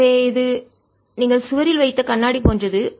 எனவே இது நீங்கள் சுவரில் வைத்த கண்ணாடி போன்றது